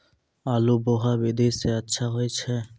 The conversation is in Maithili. आलु बोहा विधि सै अच्छा होय छै?